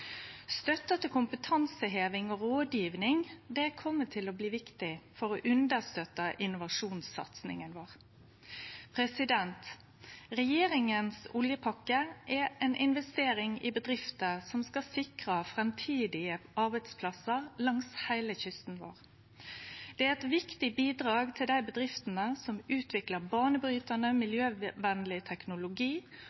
til kompetanseheving og rådgjeving kjem til å bli viktig for å understøtte innovasjonssatsinga vår. Regjeringa si oljepakke er ei investering i bedrifter som skal sikre framtidige arbeidsplassar langs heile kysten vår. Det er eit viktig bidrag til dei bedriftene som utviklar banebrytande,